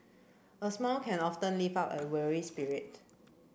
a smile can often lift up a weary spirit